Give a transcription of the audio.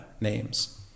names